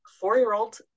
four-year-old